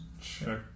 Check